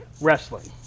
wrestling